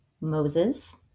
Moses